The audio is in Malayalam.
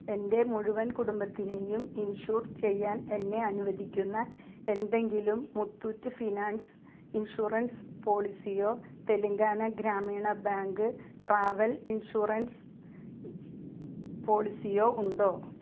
എൻ്റെ മുഴുവൻ കുടുംബത്തിനെയും ഇൻഷുർ ചെയ്യാൻ എന്നെ അനുവദിക്കുന്ന എന്തെങ്കിലും മുത്തൂറ്റ് ഫിനാൻസ് ഇൻഷുറൻസ് പോളിസിയോ Telangana Grameena bank travel insurance പോളിസിയോ ഉണ്ടോ